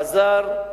חזר,